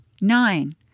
Nine